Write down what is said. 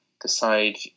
decide